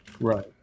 Right